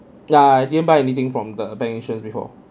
nah I didn't buy anything from the bank insurance before